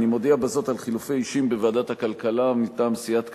אני מודיע בזאת על חילופי אישים בוועדת הכלכלה: מטעם סיעת קדימה,